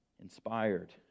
Inspired